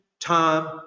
time